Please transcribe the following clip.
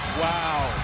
wow.